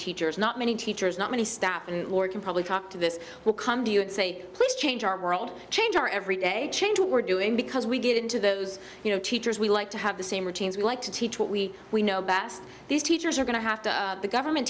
teachers not many teachers not many staff and more can probably talk to this will come to you and say please change our world change our everyday change what we're doing because we get into those you know teachers we like to have the same routines we like to teach what we we know best these teachers are going to have to the government